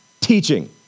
teaching